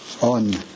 on